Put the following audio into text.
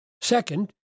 Second